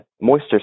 moisture